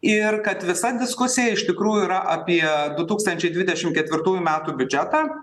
ir kad visa diskusija iš tikrųjų yra apie du tūkstančiai dvidešim ketvirtųjų metų biudžetą